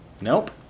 Nope